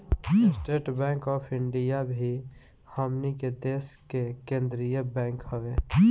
estate Bank of India भी हमनी के देश के केंद्रीय बैंक हवे